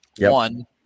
One